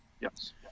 Yes